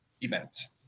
events